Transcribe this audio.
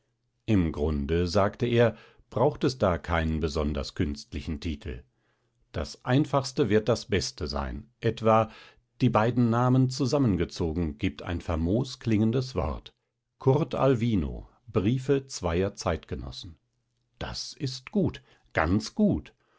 im grunde sagte er braucht es da keinen besonders künstlichen titel das einfachste wird das beste sein etwa die beiden namen zusammengezogen gibt ein famos klingendes wort kurtalwino briefe zweier zeitgenossen das ist gut ganz gut